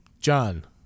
John